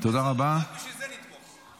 רק בשביל זה נתמוך.